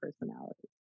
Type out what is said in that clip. personalities